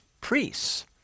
priests